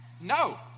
No